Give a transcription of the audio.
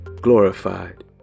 glorified